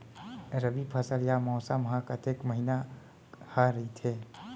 रबि फसल या मौसम हा कतेक महिना हा रहिथे?